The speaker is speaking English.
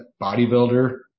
bodybuilder